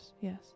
yes